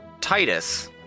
Titus